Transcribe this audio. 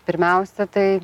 pirmiausia tai